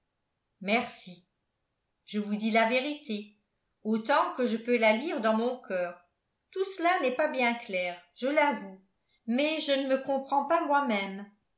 merci je vous dis la vérité autant que je peux la lire dans mon coeur tout cela n'est pas bien clair je l'avoue mais je ne me comprends pas moi-même